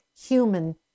human